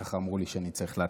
ככה אמרו לי שאני צריך להתחיל.